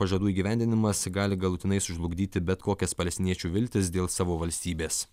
pažadų įgyvendinimas gali galutinai sužlugdyti bet kokias palestiniečių viltis dėl savo valstybės